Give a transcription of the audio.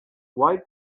quite